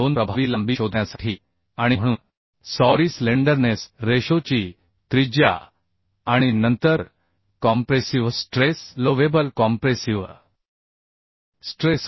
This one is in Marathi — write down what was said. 2 प्रभावी लांबी शोधण्यासाठी आणि म्हणून सॉरी स्लेंडरनेस रेशोची त्रिज्या आणि नंतर कॉम्प्रेसिव्ह स्ट्रेसएलोवेबल कॉम्प्रेसिव्ह स्ट्रेस